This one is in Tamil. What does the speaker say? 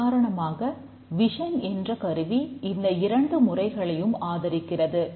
உதாரணமாக விஸ்ஓ என்ற கருவி இந்த இரண்டு முறைகளையும் ஆதரிக்கிறது